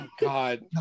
god